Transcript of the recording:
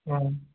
ହଁ